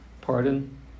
pardon